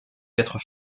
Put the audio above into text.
quatre